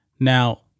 Now